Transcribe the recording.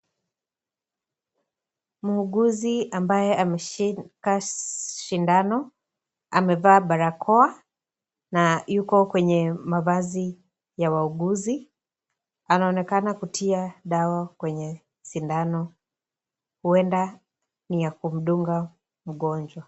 Muuguzi ambaye ameshika sindano amevaa barakoa na yuko kwenye mavazi ya wauuguzi anaonekana kutia dawa kwenye sindano huenda ni ya kumdunga mgonjwa.